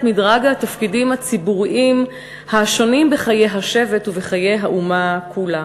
את מדרג התפקידים הציבוריים השונים בחיי השבט ובחיי האומה כולה.